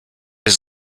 his